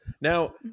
Now